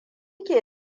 ke